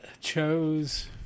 chose